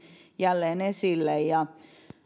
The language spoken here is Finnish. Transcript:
jälleen esille